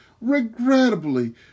regrettably